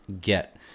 get